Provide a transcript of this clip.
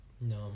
No